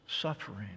suffering